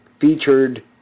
featured